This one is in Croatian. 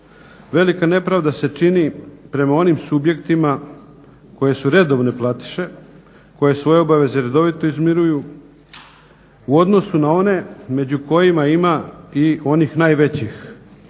Velika nepravda se čini prema onim subjektima koji su redovne platiše, koji svoje obaveze redovito izmiruju, u odnosu na one među kojima ima i onih najvećih,